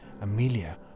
Amelia